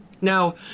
Now